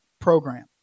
program